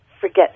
forget